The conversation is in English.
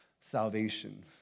salvation